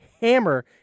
hammer